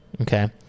Okay